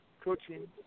coaching